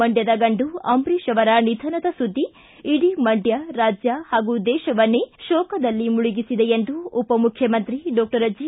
ಮಂಡ್ಲದ ಗಂಡು ಅಂಬರೀತ್ ಅವರ ನಿಧನದ ಸುದ್ದಿ ಇಡೀ ಮಂಡ್ಲ ರಾಜ್ಲ ಹಾಗೂ ದೇಶವನ್ನೇ ಶೋಕದಲ್ಲಿ ಮುಳುಗಿಸಿದೆ ಎಂದು ಉಪಮುಖ್ಣಮಂತ್ರಿ ಡಾಕ್ಟರ್ ಜಿ